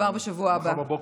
כבר בשבוע הבא.